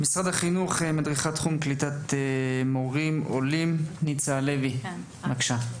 מדריכת תחום קליטת מורים עולים, ניצה הלוי, בבקשה.